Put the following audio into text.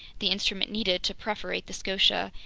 the instrument needed to perforate the scotia,